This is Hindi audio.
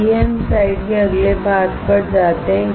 आइए हम स्लाइड के अगले भाग पर जाते हैं